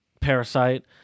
parasite